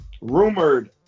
rumored